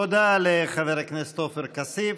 תודה לחבר הכנסת עופר כסיף.